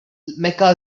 mecca